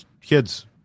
kids